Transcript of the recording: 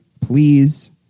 please